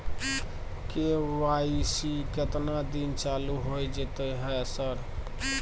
KYC केतना दिन चालू होय जेतै है सर?